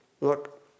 Look